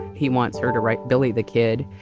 he wants her to write billy the kid,